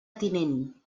tinent